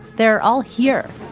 they're all here.